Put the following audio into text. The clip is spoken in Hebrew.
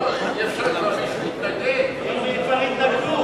אי-אפשר, כבר מישהו התנגד.